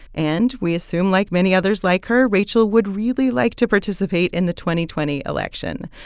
and we assume, like many others like her, rachel would really like to participate in the twenty twenty election.